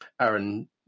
Aaron